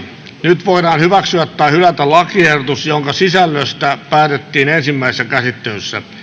nyt voidaan hyväksyä tai hylätä lakiehdotus jonka sisällöstä päätettiin ensimmäisessä käsittelyssä